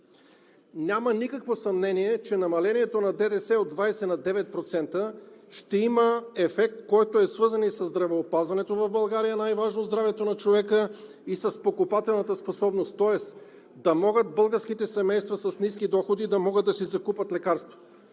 Няма никакво съмнение, че намалението на ДДС от 20% на 9% ще има ефект, който е свързан и със здравеопазването в България, най-важно здравето на човека, и с покупателната способност, тоест да могат българските семейства с ниски доходи да си закупят лекарства.